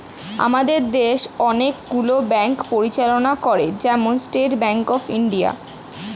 আমাদের দেশ অনেক গুলো ব্যাঙ্ক পরিচালনা করে, যেমন স্টেট ব্যাঙ্ক অফ ইন্ডিয়া